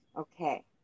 Okay